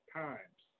times